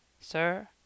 Sir